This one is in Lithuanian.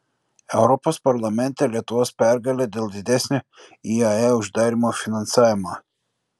europos parlamente lietuvos pergalė dėl didesnio iae uždarymo finansavimo